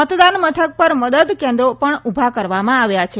મતદાન મથક પર મદદ કેન્દ્રો ઉભા કરવામાં આવ્યા છે